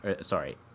sorry